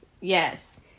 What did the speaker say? yes